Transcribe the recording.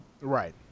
Right